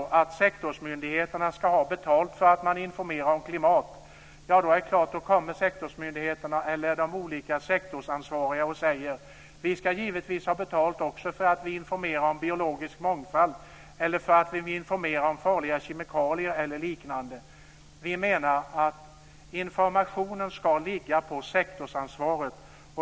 Om sektorsmyndigheterna ska ha betalt för att man informerar om klimat är det klart att de olika sektorsansvariga kommer och säger: Vi ska givetvis också ha betalt för att vi informerar om biologisk mångfald, för att vi informerar om farliga kemikalier eller liknande. Vi menar att informationen ska ligga på sektorsansvaret.